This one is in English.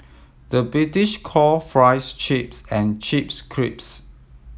the British call fries chips and chips crisps